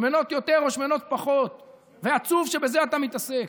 שמנות יותר או שמנות פחות, ועצוב שבזה אתה מתעסק.